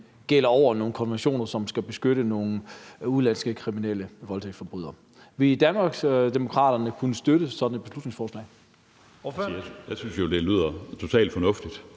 gælder over nogle konventioner, som skal beskytte nogle udenlandske kriminelle voldtægtsforbrydere. Ville Danmarksdemokraterne kunne støtte sådan et beslutningsforslag? Kl. 11:34 Første næstformand